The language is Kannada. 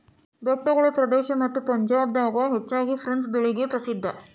ಬೆಟ್ಟಗಳ ಪ್ರದೇಶ ಮತ್ತ ಪಂಜಾಬ್ ದಾಗ ಹೆಚ್ಚಾಗಿ ಪ್ರುನ್ಸ್ ಬೆಳಿಗೆ ಪ್ರಸಿದ್ಧಾ